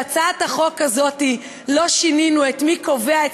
בהצעת החוק הזאת לא שינינו את מי שקובע את